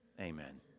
Amen